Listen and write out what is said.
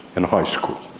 in high school.